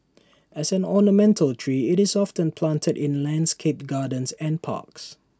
as an ornamental tree IT was often planted in landscaped gardens and parks